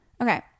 Okay